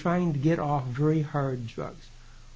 trying to get off of very hard drugs